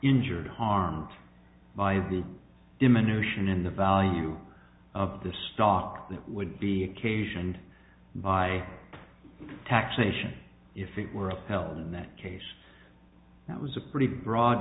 injured harmed by the diminution in the value of the stock that would be occasioned by taxation if it were upheld in that case that was a pretty broad